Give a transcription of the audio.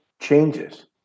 changes